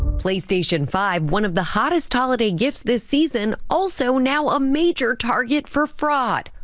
playstation five one of the hottest holiday gifts this season also now a major target for fraud.